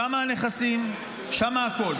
שם הנכסים, שם הכול.